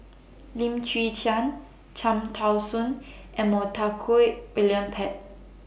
Lim Chwee Chian Cham Tao Soon and Montague William Pett